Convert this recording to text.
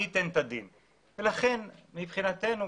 מבחינתנו,